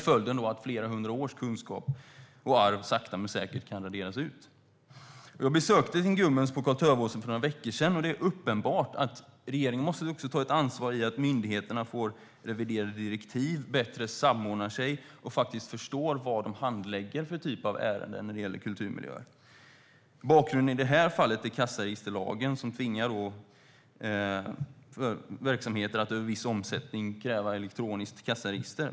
Följden är att flera hundra års kunskap och arv sakta men säkert kan raderas ut. Jag besökte Tin Gumuns på Karl-Tövåsens för några veckor sedan. Det är uppenbart att regeringen måste ta ett ansvar för att myndigheterna får reviderade direktiv, kan samordna sig bättre och förstår vad de handlägger för typ av ärenden när det gäller kulturmiljöer. Bakgrunden i det här fallet är kassaregisterlagen som kräver att verksamheter över en viss omsättning har elektroniskt kassaregister.